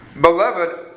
Beloved